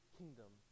kingdom